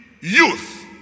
youth